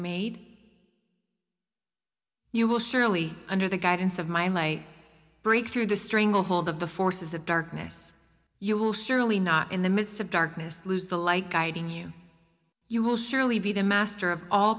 made you will surely under the guidance of my lai break through the stranglehold of the forces of darkness you will surely not in the midst of darkness lose the light guiding you you will surely be the master of all